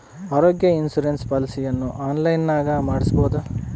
ಆರೋಗ್ಯ ಇನ್ಸುರೆನ್ಸ್ ಪಾಲಿಸಿಯನ್ನು ಆನ್ಲೈನಿನಾಗ ಮಾಡಿಸ್ಬೋದ?